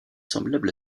semblable